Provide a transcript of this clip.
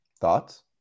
thoughts